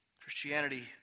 Christianity